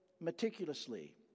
meticulously